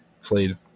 Played